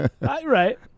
Right